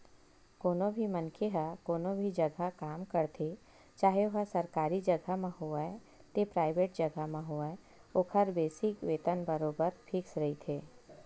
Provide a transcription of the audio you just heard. कोनो भी मनखे ह कोनो भी जघा काम करथे चाहे ओहा सरकारी जघा म होवय ते पराइवेंट जघा म होवय ओखर बेसिक वेतन बरोबर फिक्स रहिथे